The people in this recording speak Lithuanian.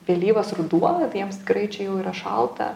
vėlyvas ruduo tai jiems tikrai čia jau yra šalta